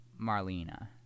Marlena